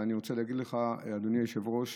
אני רוצה להגיד לך, אדוני היושב-ראש,